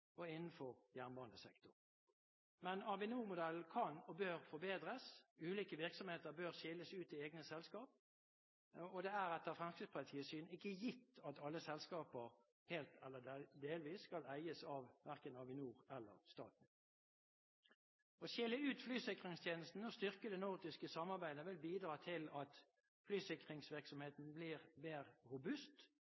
også innenfor vei- og jernbanesektoren. Men Avinor-modellen kan og bør forbedres. Ulike virksomheter bør skilles ut i egne selskap, og det er etter Fremskrittspartiets syn ikke gitt at alle selskaper helt eller delvis skal eies av verken Avinor eller staten. Å skille ut flysikringstjenesten og styrke det nordiske samarbeidet vil bidra til at flysikringsvirksomheten